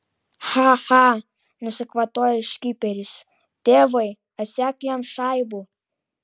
cha cha nusikvatojo škiperis tėvai atsek jam šaibų